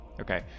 Okay